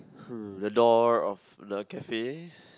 hmm the door of the cafe